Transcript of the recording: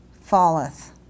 falleth